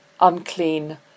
unclean